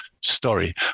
story